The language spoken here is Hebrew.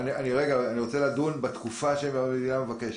חודש, בעצם.